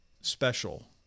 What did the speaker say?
special